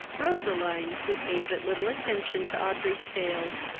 roseline, who paid but little attention to audrey's tales,